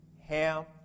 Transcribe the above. Ham